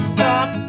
Stop